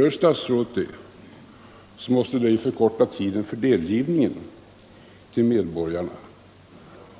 Om statsrådet gör det, måste det ju förkorta tiden för delgivningen till medborgarna,